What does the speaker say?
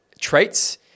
traits